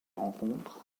rencontres